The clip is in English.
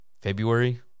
February